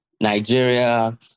Nigeria